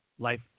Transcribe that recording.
life